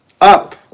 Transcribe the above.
up